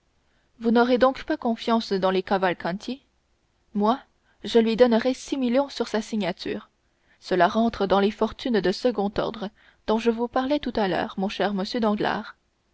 vous n'auriez donc pas confiance dans ce cavalcanti moi je lui donnerais dix millions sur sa signature cela rentre dans les fortunes de second ordre dont je vous parlais tout à l'heure mon cher monsieur danglars